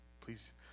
please